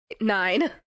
Nine